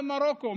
למרוקו.